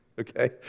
Okay